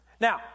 Now